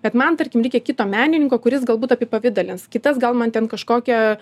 bet man tarkim reikia kito menininko kuris galbūt apipavidalins kitas gal man ten kažkokią